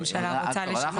הממשלה רוצה לשנות.